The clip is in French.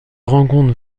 rencontre